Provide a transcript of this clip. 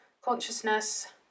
consciousness